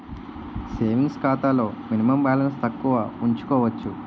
savings ఖాతాలో minimum balance తక్కువ ఉంచుకోవచ్చు